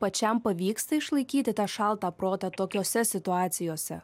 pačiam pavyksta išlaikyti tą šaltą protą tokiose situacijose